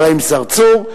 אברהים צרצור,